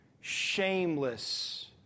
shameless